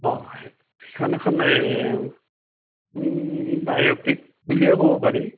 অঁ এই সেইখন এখন এই বায়গ্ৰাফি বুলিয়ে ক'ব পাৰি